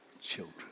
children